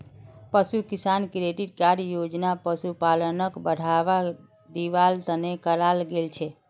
पशु किसान credit card योजना पशुपालनक बढ़ावा दिवार तने कराल गेल छे